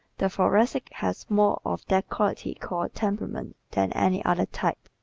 the thoracic has more of that quality called temperament than any other type.